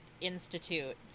institute